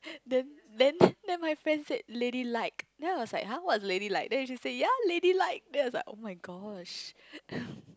then then then my friend said ladylike then I was like [huh] what's ladylike then she said ya ladylike then I was like oh-my-gosh